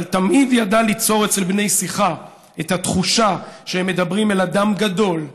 אבל תמיד ידעה ליצור אצל בני שיחה את התחושה שהם מדברים אל אדם גדול,